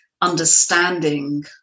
understanding